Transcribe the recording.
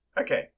Okay